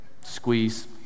Squeeze